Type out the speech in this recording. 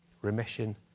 remission